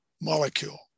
molecule